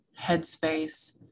headspace